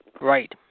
Right